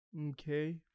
Okay